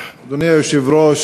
אדוני היושב-ראש,